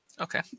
okay